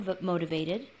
motivated